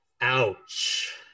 ouch